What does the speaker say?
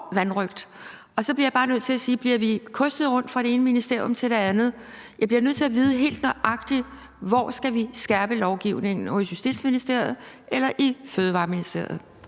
og så bliver jeg bare nødt til at spørge: Bliver vi kostet rundt fra det ene ministerium til det andet? Jeg bliver nødt til at vide helt nøjagtigt: Hvor skal vi skærpe lovgivningen – i Justitsministeriet eller i Ministeriet